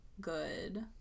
good